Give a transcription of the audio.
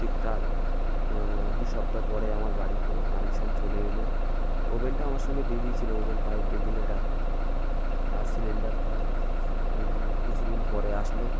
ঠিক তার দু সপ্তাহ পরে আমার বাড়িতে কানেকশান চলে এলো ওভেনটা আমার সঙ্গে দিয়ে দিয়েছিলো ওভেন পাইপ রেগুলেটার আর সিলিন্ডারটা কিছুদিন পরে আসলো